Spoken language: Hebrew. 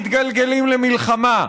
מתגלגלים למלחמה.